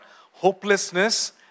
hopelessness